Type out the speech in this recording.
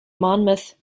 monmouth